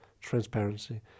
transparency